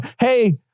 Hey